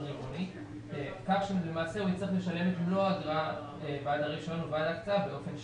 רבעוני כך שלמעשה הוא יצטרך לשלם את מלוא האגרה בעד הרישיון באופן שלבי.